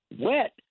wet